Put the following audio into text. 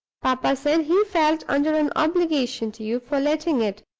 papa said he felt under an obligation to you for letting it,